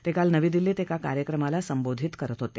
ते काल नवी दिल्लीत एका कार्यक्रमाला संबोधित करत होते